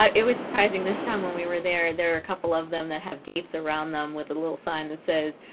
um it was surprising this time when we were there there are a couple of them that have gapes around them with a little sign that says